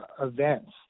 events